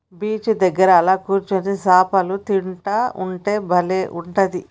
beach దగ్గర అలా కూర్చొని చాపలు తింటా ఉంటే బలే ఉంటది